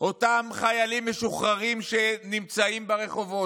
אותם חיילים משוחררים שנמצאים ברחובות,